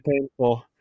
painful